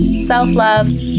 self-love